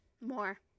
More